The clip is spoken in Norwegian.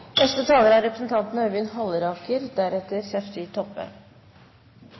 Neste taler er Bård Hoksrud, deretter